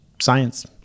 science